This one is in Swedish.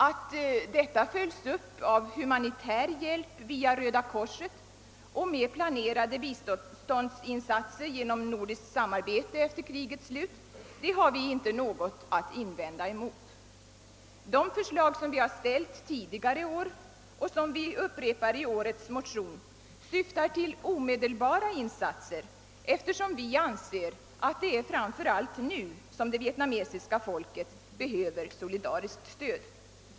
Att detta följs upp av humanitär hjälp via Röda korset och med planerade biståndsinsatser genom nordiskt samarbete efter krigets slut har vi inte något att invända mot. De förslag vi ställt tidigare år och som vi upprepar i årets motion syftar till omedelbara insatser, eftersom vi anser att det framför allt är nu som det vietnamesiska folket behöver solidariskt stöd.